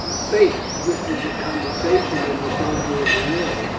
faith, this is a condescension in the soldier of the lord.